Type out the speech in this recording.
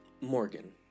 Morgan